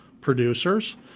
producers